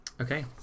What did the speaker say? okay